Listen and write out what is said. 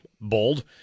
bold